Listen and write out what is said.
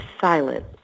silent